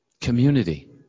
community